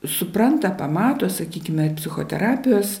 supranta pamato sakykime psichoterapijos